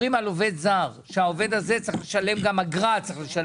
עובד זר שצריך לשלם עליו גם אגרה.